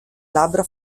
labbra